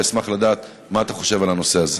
ואשמח לדעת מה אתה חושב על הנושא הזה.